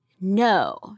No